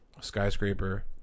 skyscraper